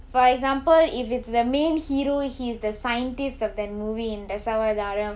for example if it's the main hero he's the scientist of that movie in the Dasavatharam